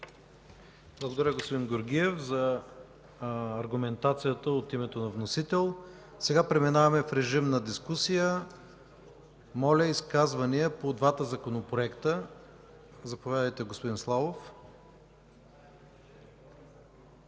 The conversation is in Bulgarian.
Благодаря, господин Георгиев, за аргументацията от името на вносител. Сега преминаваме в режим на дискусия. Моля, изказвания по двата законопроекта. Заповядайте, господин Славов.